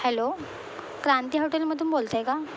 hello Kranti हॉटेलमधून बोलत आहे का